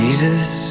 Jesus